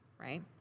Right